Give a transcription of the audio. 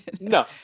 No